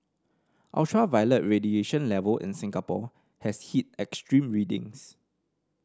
ultraviolet radiation level in Singapore has hit extreme readings